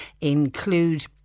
include